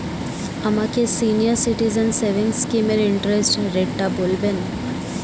আমাকে senior citizen savings স্কিমের interest রেটটা বলবেন